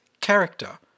character